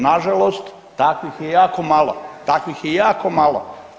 Nažalost takvih je jako malo, takvih je jako malo.